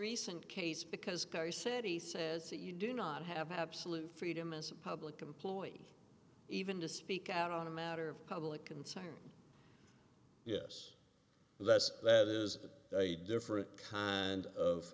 recent case because kerry said he says that you do not have absolute freedom as a public employee even to speak out on a matter of public concern yes les that is a different kind of